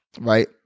right